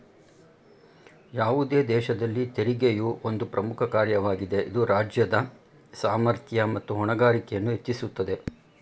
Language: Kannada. ಯಾವುದೇ ದೇಶದಲ್ಲಿ ತೆರಿಗೆಯು ಒಂದು ಪ್ರಮುಖ ಕಾರ್ಯವಾಗಿದೆ ಇದು ರಾಜ್ಯದ ಸಾಮರ್ಥ್ಯ ಮತ್ತು ಹೊಣೆಗಾರಿಕೆಯನ್ನು ಹೆಚ್ಚಿಸುತ್ತದೆ